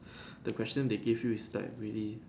the question they gave you is like really